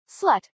slut